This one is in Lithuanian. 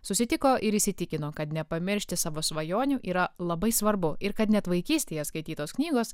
susitiko ir įsitikino kad nepamiršti savo svajonių yra labai svarbu ir kad net vaikystėje skaitytos knygos